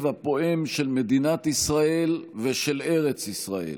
הפועם של מדינת ישראל ושל ארץ ישראל.